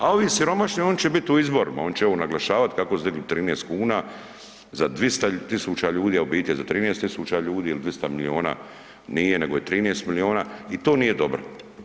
A ovi siromašni oni će biti u izborima, oni će ovo naglašavat kako su digli 13 kuna za 200.000 ljudi, a obitelji za 13.000 ljudi ili 200 milijuna nije nego je 13 milijuna i to nije dobro.